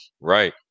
Right